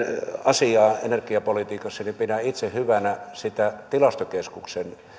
asiaan energiapolitiikassa niin pidän itse hyvänä sitä tilastokeskuksen